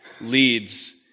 leads